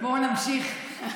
בואו נמשיך.